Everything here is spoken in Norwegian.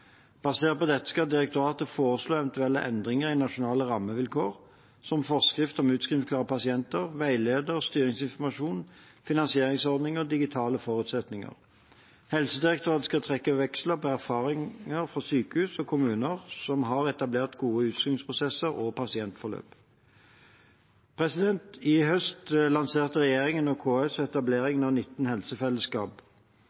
Basert på dette skal direktoratet foreslå eventuelle endringer i nasjonale rammevilkår, som forskrift om utskrivningsklare pasienter, veileder, styringsinformasjon, finansieringsordninger og digitale forutsetninger. Helsedirektøren skal trekke veksler på erfaringer fra sykehus og kommuner som har etablert gode utskrivningsprosesser og pasientforløp. I høst lanserte regjeringen og KS